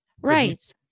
Right